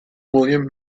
william